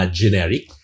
generic